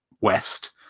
west